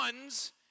ones